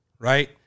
right